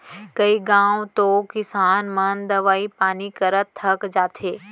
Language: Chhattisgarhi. कई घंव तो किसान मन दवई पानी करत थक जाथें